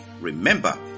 Remember